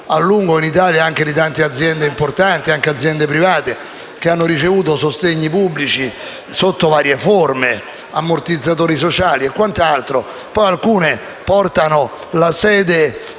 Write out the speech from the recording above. a lungo in Italia di tante aziende importanti, anche private, che hanno ricevuto sostegni pubblici sotto varie forme, ammortizzatori sociali e quant'altro. Poi alcune portano la sede